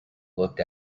looked